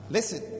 Listen